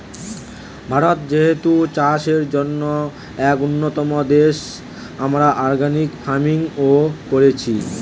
ভারত যেহেতু চাষের জন্যে এক উন্নতম দেশ, আমরা অর্গানিক ফার্মিং ও কোরছি